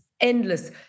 endless